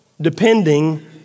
depending